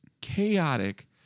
chaotic